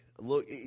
look